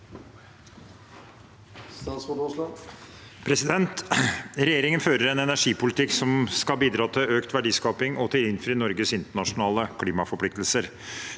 Regjeringen fø- rer en energipolitikk som skal bidra til økt verdiskaping og til å innfri Norges internasjonale klimaforpliktelser.